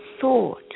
thought